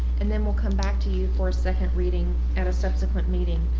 and then we'll come back to you for a second reading at a subsequent meeting.